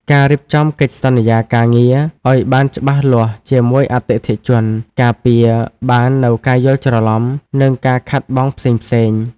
ការរៀបចំកិច្ចសន្យាការងារឱ្យបានច្បាស់លាស់ជាមួយអតិថិជន ការពារបាននូវការយល់ច្រឡំ និងការខាតបង់ផ្សេងៗ។